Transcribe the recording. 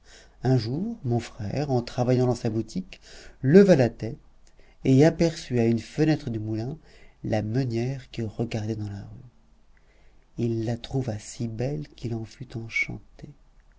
un jour mon frère en travaillant dans sa boutique leva la tête et aperçut à une fenêtre du moulin la meunière qui regardait dans la rue il la trouva si belle qu'il en fut enchanté